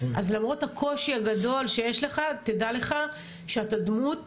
אז למרות הקושי הגדול שיש לך תדע לך שאתה דמות